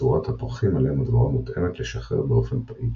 צורות הפרחים עליהם הדבורה מותאמת לשחר באופן יעיל,